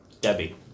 Debbie